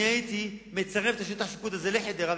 ואני הייתי מצרף את שטח השיפוט הזה לחדרה,